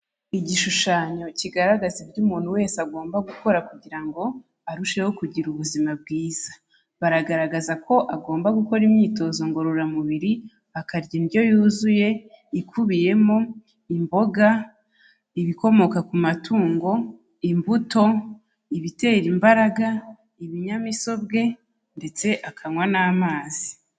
Igishushanyo kigaragaza ibyo umuntu wese agomba gukora kugira ngo arusheho kugira ubuzima bwiza. Baragaragaza ko agomba gukora imyitozo ngororamubiri, akarya indyo yuzuye, ikubiyemo imboga, ibikomoka ku matungo, imbuto, ibitera imbaraga, ibinyamisobwe, ndetse akanywa n'amazi.